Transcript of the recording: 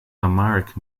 amharic